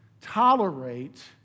tolerate